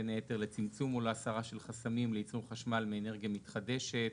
בין היתר לצמצום ולהסרה של חסמים לייצור חשמל מאנרגיה מתחדשת,